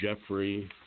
Jeffrey